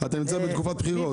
אתה נמצא בתקופה בחירות.